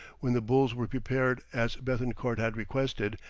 when the bulls were prepared as bethencourt had requested,